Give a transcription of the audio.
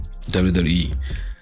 WWE